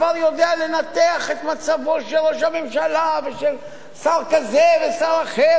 כבר יודע לנתח את מצבו של ראש הממשלה ושל שר כזה ושר אחר,